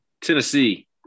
Tennessee